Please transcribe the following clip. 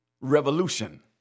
Revolution